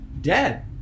dead